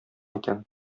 икән